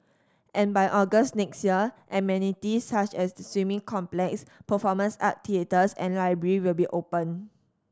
and by August next year amenities such as the swimming complex performance art theatres and library will be open